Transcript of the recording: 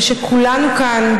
ושכולנו כאן,